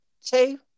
Two